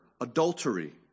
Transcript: adultery